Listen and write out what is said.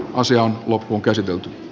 asia on loppuunkäsitelty